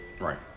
Right